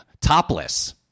Topless